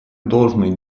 должное